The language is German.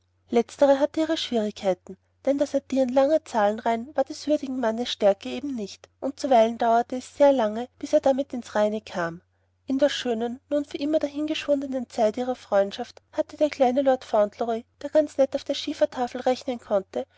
letztere hatte ihre schwierigkeiten denn das addieren langer zahlenreihen war des würdigen mannes stärke eben nicht und zuweilen dauerte es sehr lange bis er damit ins reine kam in der schönen nun für immer dahingeschwundenen zeit ihrer freundschaft hatte der kleine lord fauntleroy der ganz nett auf der schiefertafel rechnen konnte